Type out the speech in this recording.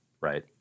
Right